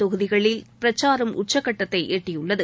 தொகுதிகளில் பிரச்சாரம் உச்சகட்டத்தை எட்டியுள்ளது